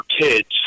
kids